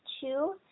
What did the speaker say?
Two